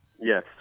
Yes